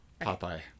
Popeye